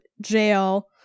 jail